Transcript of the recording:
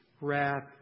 wrath